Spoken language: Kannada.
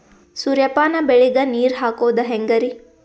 ಸೂರ್ಯಪಾನ ಬೆಳಿಗ ನೀರ್ ಹಾಕೋದ ಹೆಂಗರಿ?